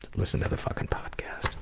listen to the fucking podcast.